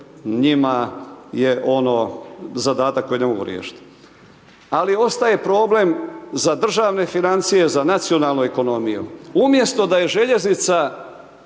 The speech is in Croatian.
njima je ono zadatak koji ne mogu riješiti. Ali ostaje problem za državne financije za nacionalnu ekonomiju. Umjesto da je željeznica